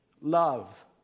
Love